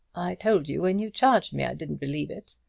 told you when you charged me i didn't believe it.